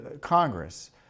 Congress